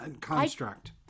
construct